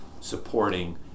supporting